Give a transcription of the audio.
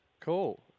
cool